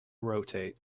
rotate